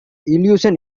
illusion